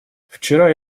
вчера